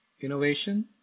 innovation